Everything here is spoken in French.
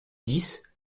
dix